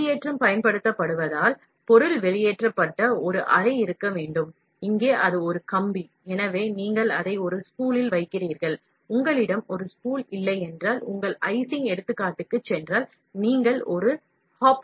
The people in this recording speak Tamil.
வெளியேற்றம் பயன்படுத்தப்படுவதால் பொருள் வெளியேற்றப்பட்ட ஒரு அறை இருக்க வேண்டும் இங்கே இது ஒரு கம்பி எனவே நீங்கள் அதை ஒரு ஸ்பூலில் வைக்கிறீர்கள் உங்களிடம் ஒரு ஸ்பூல் இல்லையென்றால் உங்கள் ஐசிங் எடுத்துக்காட்டுக்குச் சென்றால் உங்களிடம் ஒரு ஹாப்பர் இருக்க வேண்டும்